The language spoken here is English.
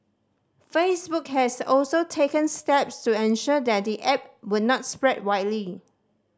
Facebook has also taken steps to ensure that the app would not spread widely